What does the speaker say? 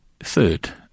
third